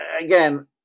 Again